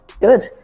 Good